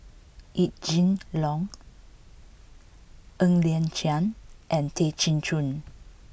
Yee Jenn Jong Ng Liang Chiang and Tay Chin Joo